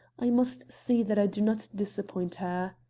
i must see that i do not disappoint her.